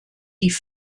die